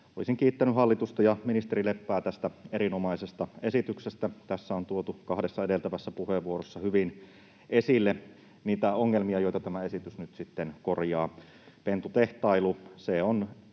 Olisin kiittänyt hallitusta ja ministeri Leppää tästä erinomaisesta esityksestä. Tässä on tuotu kahdessa edeltävässä puheenvuorossa hyvin esille niitä ongelmia, joita tämä esitys nyt sitten korjaa. Pentutehtailu